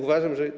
Uważam, że.